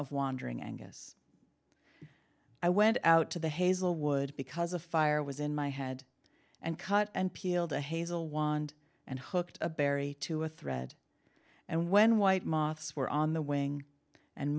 of wandering angus i went out to the hazelwood because a fire was in my head and cut and peeled a hazel wand and hooked a berry to a thread and when white moths were on the wing and